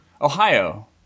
Ohio